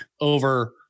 over